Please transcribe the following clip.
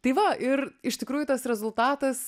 tai va ir iš tikrųjų tas rezultatas